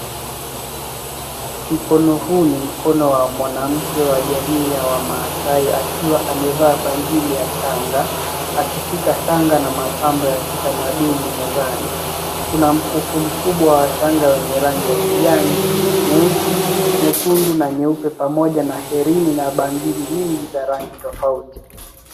Mkono huu ni mkono wa mwanamke wa jamii ya maasai akiwa amevaa bangili ya shanga akishika shanga na mapambo ya kitamaduni mezani. Kuna mkufu mkubwa wa shanga wenye rangi ya kijani, nyeusi, nyekundu na nyeupe pamoja na herini na bangili nyingi za rangi tofauti.